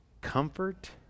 comfort